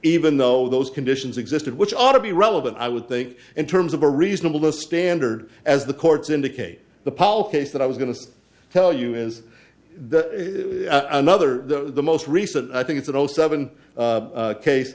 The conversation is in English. even though those conditions existed which ought to be relevant i would think in terms of a reasonable a standard as the courts indicate the paul case that i was going to tell you is that another the most recent i think it's in all seven